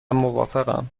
موافقم